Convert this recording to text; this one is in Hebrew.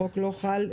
החוק לא חל עליהם.